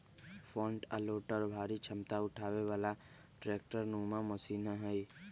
front आ loader भारी क्षमता उठाबे बला ट्रैक्टर नुमा मशीन हई